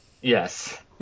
Yes